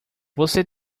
você